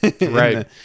right